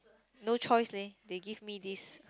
no choice leh they give me this